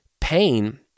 pain